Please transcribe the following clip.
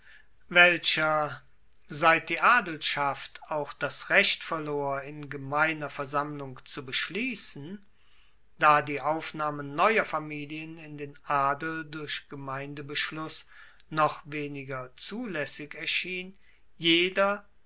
welcher seit die adelschaft auch das recht verlor in gemeiner versammlung zu beschliessen da die aufnahme neuer familien in den adel durch gemeindebeschluss noch weniger zulaessig erschien jeder